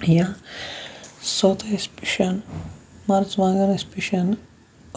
یا سوٚت ٲسۍ پِشان مَرژٕوانٛگَن ٲسۍ پِشان